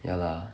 ya lah